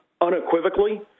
unequivocally